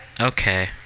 Okay